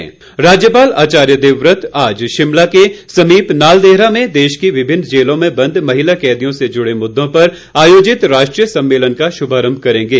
राष्ट्रीय सम्मेलन राज्यपाल आचार्य देवव्रत आज शिमला के समीप नालदेहरा में देश की विभिन्न जेलों में बंद महिला कैंदियों से जुड़े मुद्दों पर आयोजित राष्ट्रीय सम्मेलन का शुभारंभ करेंगे